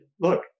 look